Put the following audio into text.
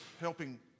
helping